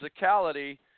physicality